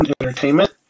Entertainment